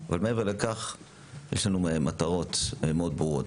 אבל מעבר לכך יש לנו מטרות ברורות מאוד.